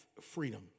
freedom